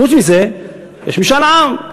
חוץ מזה, יש משאל עם,